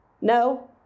No